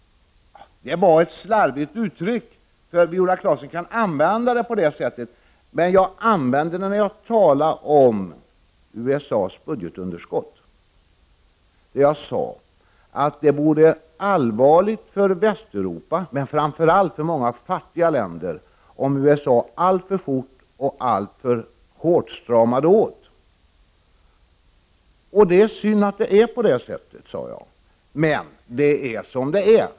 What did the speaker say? Det var ett slarvigt uttryck. Viola Claesson kan använda det på det sätt som hon gjorde, men jag uttryckte mig på mitt sätt när jag talade om USA:s budgetunderskott. Jag sade nämligen att det vore allvarligt för Västeuropa, men framför allt för många fattiga länder, om USA alltför fort och alltför hårt stramade åt. Och jag sade att det är synd att det är på det sättet, men det är som det är.